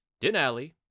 Denali